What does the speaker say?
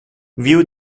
view